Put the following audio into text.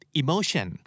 emotion